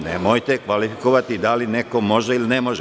Nemojte kvalifikovati da li neko može ili ne može.